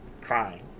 crying